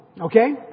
okay